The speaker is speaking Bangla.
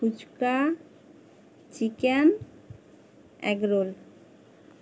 fuchka chicken egg roll